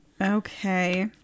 Okay